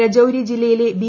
രജൌരി ജില്ലയിലെ ബി